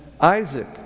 Isaac